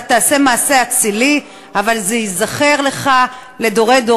אתה תעשה מעשה אצילי, וזה ייזכר לך לדורי-דורות.